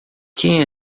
quem